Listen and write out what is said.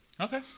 Okay